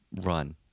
run